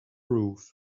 roof